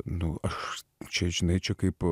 nu aš čia žinai čia kaip